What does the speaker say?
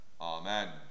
Amen